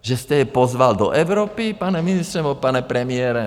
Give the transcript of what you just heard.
Že jste je pozval do Evropy, pane ministře nebo pane premiére?